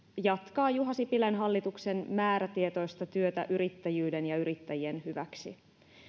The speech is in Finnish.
jatkaa juha sipilän hallituksen määrätietoista työtä yrittäjyyden ja yrittäjien hyväksi